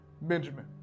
Benjamin